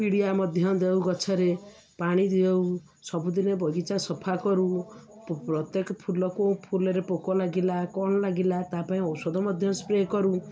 ପିଡ଼ିଆ ମଧ୍ୟ ଦେଉ ଗଛରେ ପାଣି ଦିଅଉ ସବୁଦିନେ ବଗିଚା ସଫା କରୁ ପ୍ରତ୍ୟେକ ଫୁଲକୁ ଫୁଲରେ ପୋକ ଲାଗିଲା କଣ ଲାଗିଲା ତା ପାଇଁ ଔଷଧ ମଧ୍ୟ ସ୍ପ୍ରେ କରୁ